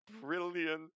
brilliant